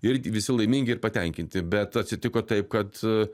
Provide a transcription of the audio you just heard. ir visi laimingi ir patenkinti bet atsitiko taip kad